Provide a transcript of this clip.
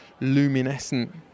luminescent